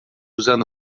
usando